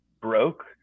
broke